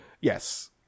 Yes